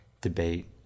debate